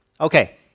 Okay